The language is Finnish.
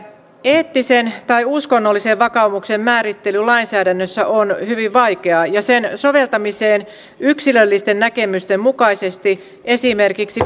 eettisen tai uskonnollisen vakaumuksen määrittely lainsäädännössä on hyvin vaikeaa ja sen soveltamiseen yksilöllisten näkemysten mukaisesti esimerkiksi